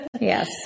Yes